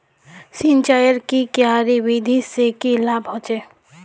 सिंचाईर की क्यारी विधि से की लाभ होचे?